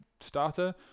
starter